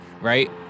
Right